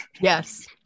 Yes